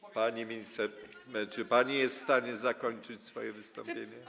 Pani minister, czy pani jest w stanie zakończyć swoje wystąpienie?